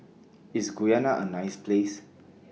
IS Guyana A nice Place